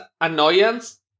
annoyance